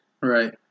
Right